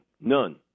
None